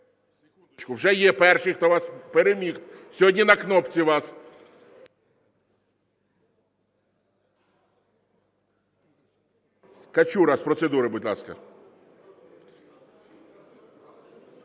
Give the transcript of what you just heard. Секундочку, вже є перший, хто переміг сьогодні на кнопці вас. Качура, з процедури, будь ласка.